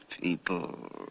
people